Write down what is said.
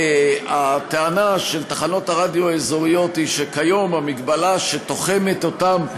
הטענה של תחנות הרדיו האזוריות היא שכיום המגבלה שתוחמת אותם,